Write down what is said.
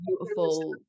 beautiful